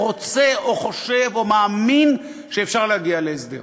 רוצה או חושב או מאמין שאפשר להגיע להסדר.